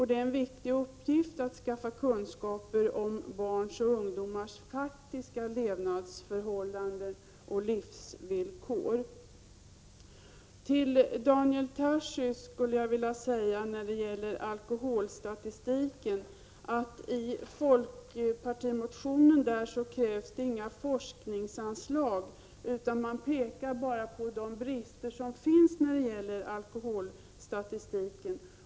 Det är en viktig uppgift att skaffa kunskaper om barns och ungdomars faktiska levnadsförhållanden och livsvillkor. Till Daniel Tarschys skulle jag vilja säga att när det gäller alkoholstatistiken kräver folkpartimotionen inga forskningsanslag, utan man pekar bara på de brister som finns när det gäller alkoholstatistiken.